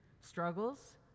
struggles